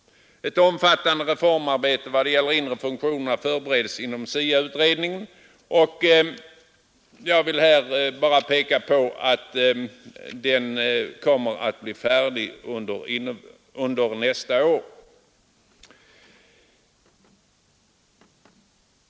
Ett omfattande reformarbete vad gäller de inre funktionerna förbereds inom SIA-utredningen. Jag vill påpeka att den kommer att bli färdig under nästa år.